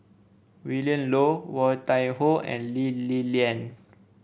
Willin Low Woon Tai Ho and Lee Li Lian